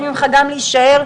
הישיבה ננעלה